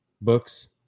books